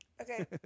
Okay